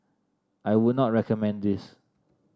I would not recommend this